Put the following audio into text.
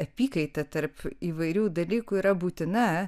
apykaita tarp įvairių dalykų yra būtina